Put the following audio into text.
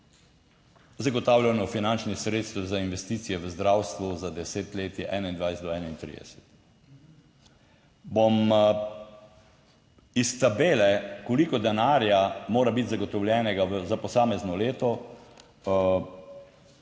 zagotavljanju finančnih sredstev za investicije v zdravstvu za desetletje 2021 do 2031. Bom, iz tabele, koliko denarja mora biti zagotovljenega za posamezno leto,